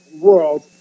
world